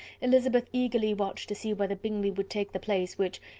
elizabeth eagerly watched to see whether bingley would take the place, which,